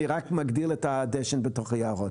אני רק מגדיל את הדשן בתוך היערות.